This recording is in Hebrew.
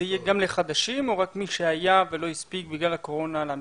זה יהיה גם לחדשים או רק מי שהיה ולא הספיק בגלל הקורונה להמשיך?